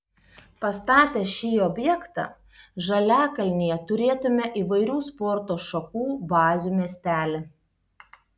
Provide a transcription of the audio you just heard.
pastatę šį objektą žaliakalnyje turėtumėme įvairių sporto šakų bazių miestelį